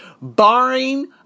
barring